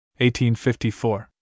1854